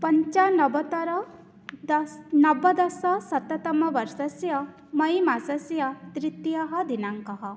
पञ्चनवोत्तर दश नवदशशततमवर्षस्य मयिमासस्य तृतीयः दिनाङ्कः